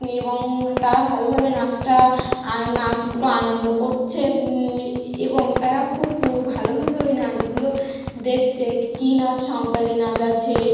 এবং তারা ভালোভাবে নাচটা নাচগুলো আনন্দ করছে এবং তারা খুব ভালোভাবে ওই নাচগুলো দেখছে কী নাচ সাঁওতালি নাচ আছে